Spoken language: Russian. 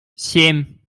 семь